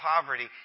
poverty